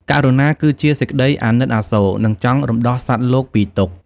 ករុណា គឺជាសេចក្តីអាណិតអាសូរ និងចង់រំដោះសត្វលោកពីទុក្ខ។